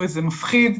זה מפחיד,